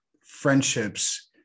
friendships